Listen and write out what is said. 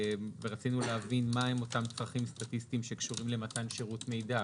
רצינו להבין מהם אותם צרכים סטטיסטיים שקשורים למתן שירות מידע.